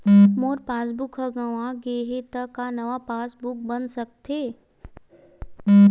मोर passbook ह गंवा गे हे त का नवा पास बुक बन सकथे?